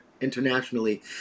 internationally